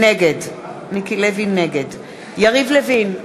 נגד יריב לוין,